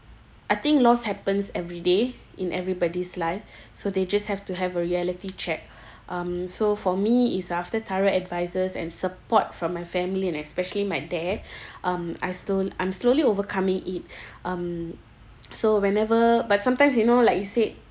I think loss happens every day in everybody's life so they just have to have a reality check um so for me is after thorough advisers and support from my family and especially my dad um I slow I'm slowly overcoming it um so whenever but sometimes you know like you said